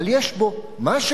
אבל יש בו משהו,